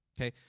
Okay